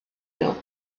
nhw